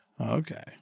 Okay